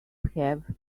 have